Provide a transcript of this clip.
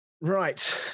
right